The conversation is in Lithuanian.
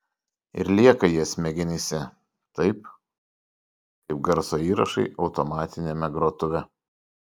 ir lieka jie smegenyse taip kaip garso įrašai automatiniame grotuve